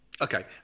Okay